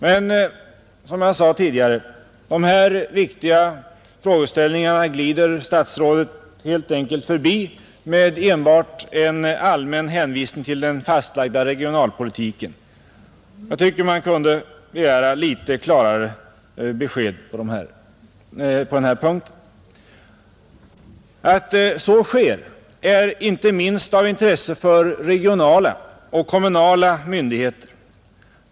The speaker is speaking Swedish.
Men, som jag sade tidigare, de här viktiga frågeställningarna glider statsrådet helt enkelt förbi med enbart en allmän hänvisning till den fastlagda regionalpolitiken. Jag tycker att man kunde begära litet klarare besked på denna punkt. Att så sker är av intresse inte minst för regionala och kommunala myndigheter.